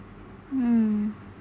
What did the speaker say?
hmm